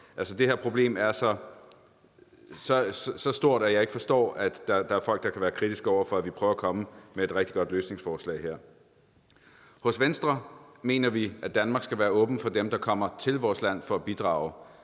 Det her problem er så stort, at jeg ikke forstår, at der er folk, der kan være kritisk over for, at vi prøver at komme med et rigtig godt løsningsforslag her. Hos Venstre mener vi, at Danmark skal være åben for dem, der kommer til vores land for at bidrage.